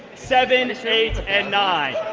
seven, eight, and nine.